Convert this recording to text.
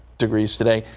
degrees today,